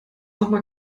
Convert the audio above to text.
nochmal